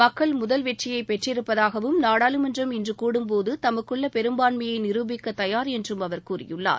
மக்கள் முதல் வெற்றியை பெற்றிருப்பதாகவும் நாடாளுமன்றம் இன்று கூடும் போது தமக்குள்ள பெரும்பான்மையை நிரூபிக்க தயார் என்றும் அவர் கூறியுள்ளார்